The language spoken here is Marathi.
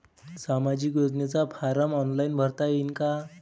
सामाजिक योजनेचा फारम ऑनलाईन भरता येईन का?